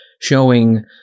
showing